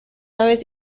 aves